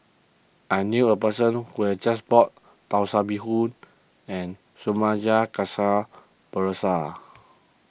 I knew a person who has just bought Tan and